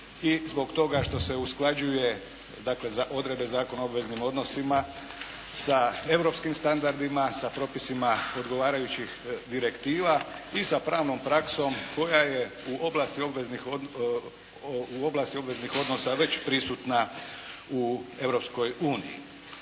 i zbog toga što se usklađuje dakle odredbe Zakona o obveznim odnosima sa europskim standardima, sa propisima odgovarajućih direktiva i sa pravnom praksom koja je u oblasti obveznih odnosa već prisutna u